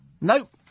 Nope